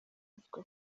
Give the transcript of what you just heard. avuga